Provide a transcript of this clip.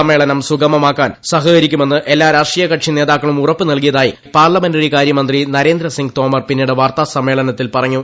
സമ്മേളനം സുഗമമാക്കാൻ സഹകരിക്കുമെന്ന് എല്ലാ രാഷ്ട്രീയ കക്ഷി നേതാക്കളും ഉറപ്പു നല്കിയതായി പാർലമെന്ററി കാര്യമന്ത്രി നരേന്ദ്രസിങ് തോമർ പിന്നീട് വാർത്താ സമ്മേളനത്തിൽ പറഞ്ഞു